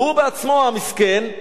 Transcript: והוא בעצמו, המסכן,